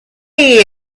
you